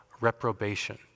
reprobation